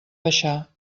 baixar